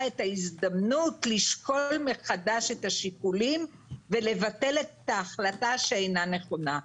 את ההזדמנות לשקול מחדש את השיקולים ולבטל את ההחלטה שאינה נכונה.